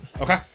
Okay